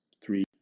three